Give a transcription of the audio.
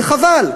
וחבל,